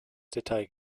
detail